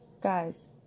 guys